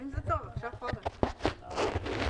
מי קובע את האופציות?